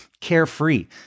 carefree